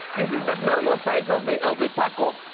this is the normal size of the ah the taco.